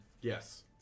Yes